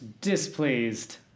displeased